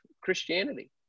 Christianity